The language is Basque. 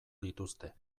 dituzte